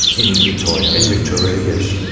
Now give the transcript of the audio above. in victoria. in victoria, yes,